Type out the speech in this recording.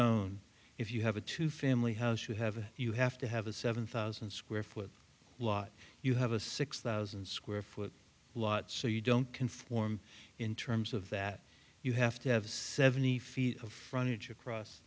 zone if you have a two family house you have a you have to have a seven thousand square foot lot you have a six thousand square foot lot so you don't conform in terms of that you have to have seventy feet of frontage across